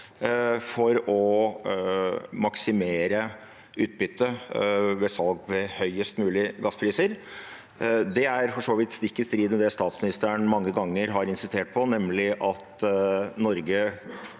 for å maksimere utbyttet ved salg ved høyest mulige gasspriser. Det er for så vidt stikk i strid med det statsministeren mange ganger har insistert på, nemlig at Norge